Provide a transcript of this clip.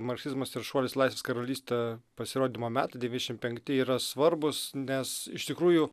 marksizmas ir šuolis į laisvės karalystę pasirodymo metai devyniasdešimt penkti yra svarbūs nes iš tikrųjų